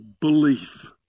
belief